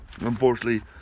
unfortunately